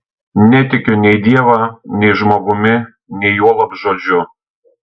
netikiu nei dievą nei žmogumi nei juolab žodžiu